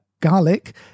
garlic